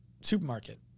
supermarket